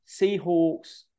Seahawks